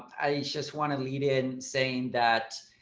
i just want to lead in saying that.